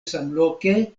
samloke